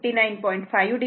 5 o j 38